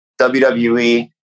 WWE